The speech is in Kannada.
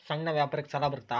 ಸಣ್ಣ ವ್ಯಾಪಾರಕ್ಕ ಸಾಲ ಬರುತ್ತಾ?